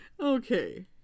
Okay